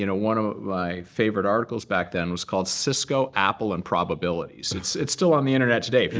you know one of my favorite articles back then was called cisco, apple, and probabilities. it's it's still on the internet today.